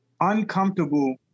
uncomfortable